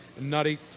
nutty